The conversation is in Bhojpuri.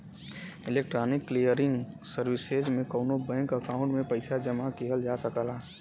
इलेक्ट्रॉनिक क्लियरिंग सर्विसेज में कउनो बैंक अकाउंट में पइसा जमा किहल जा सकला